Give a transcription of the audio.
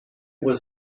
was